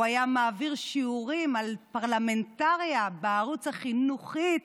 הוא היה מעביר שיעורים על פרלמנטריה בערוץ החינוכית